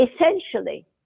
Essentially